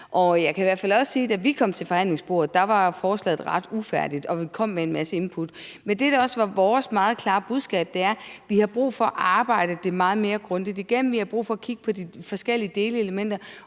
Jeg kan i hvert fald også sige, at da vi kom til forhandlingsbordet, var forslaget ret ufærdigt, og vi kom med en masse input. Men det, der også er vores meget klare budskab, er, at vi har brug for at arbejde det meget mere grundigt igennem. Vi har brug for at kigge på de forskellige delelementer